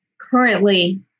currently